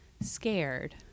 scared